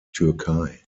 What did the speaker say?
türkei